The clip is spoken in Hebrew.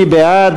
מי בעד?